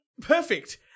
perfect